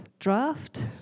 draft